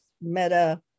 meta